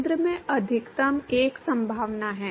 केंद्र में अधिकतम एक संभावना है